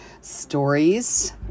stories